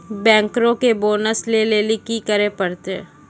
बैंकरो के बोनस लै लेली कि करै पड़ै छै?